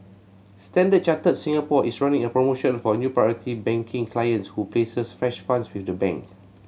Standard Chartered Singapore is running a promotion for new Priority Banking clients who places fresh funds with the bank